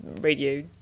radio